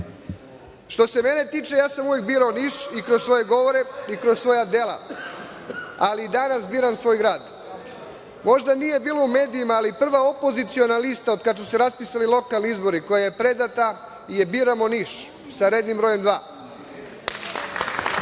još. Što se mene tiče, ja sam uvek birao Niš iz kroz svoje govore i kroz svoja dela, ali i danas biram svoj grad. Možda nije bilo u medijima, ali prva opoziciona lista od kada su se raspisali lokalni izbori koja je predata je „Biramo Niš“ sa rednim brojem 2.